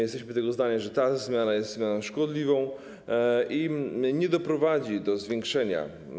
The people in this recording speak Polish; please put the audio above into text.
Jesteśmy zdania, że ta zmiana jest zmianą szkodliwą i nie doprowadzi do zwiększenia.